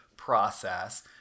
process